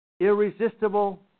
irresistible